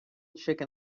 chicken